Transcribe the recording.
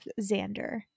Xander